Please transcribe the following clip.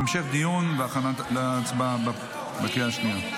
הצעת החוק תועבר לוועדת הכלכלה להמשך דיון והכנה להצבעה בקריאה השנייה.